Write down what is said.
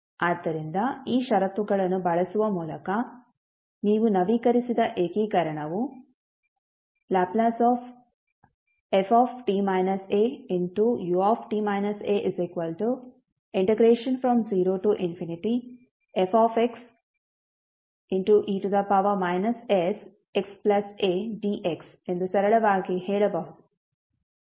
ಆದ್ದರಿಂದ ಈ ಷರತ್ತುಗಳನ್ನು ಬಳಸುವ ಮೂಲಕ ನೀವು ನವೀಕರಿಸಿದ ಏಕೀಕರಣವು Lft au0fxe sxadx ಎಂದು ಸರಳವಾಗಿ ಹೇಳಬಹುದು